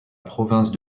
province